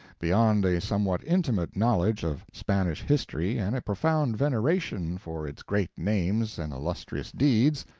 beyond a somewhat intimate knowledge of spanish history and a profound veneration for its great names and illustrious deeds,